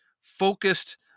focused